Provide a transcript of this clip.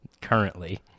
currently